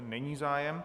Není zájem.